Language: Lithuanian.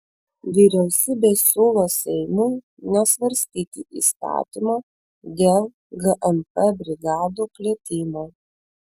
vyriausybė siūlo seimui nesvarstyti įstatymo dėl gmp brigadų plėtimo